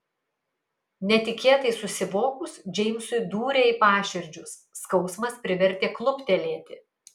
netikėtai susivokus džeimsui dūrė į paširdžius skausmas privertė kluptelėti